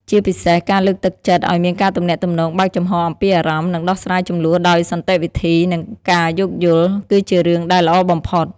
ជាពិសេស ការលើកទឹកចិត្តឲ្យមានការទំនាក់ទំនងបើកចំហរអំពីអារម្មណ៍ និងដោះស្រាយជម្លោះដោយសន្តិវិធី និងការយោគយល់ គឺជារឿងដែលល្អបំផុត។